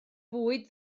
bwyd